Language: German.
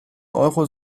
euro